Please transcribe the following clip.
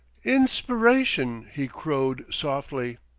inspiration! he crowed softly.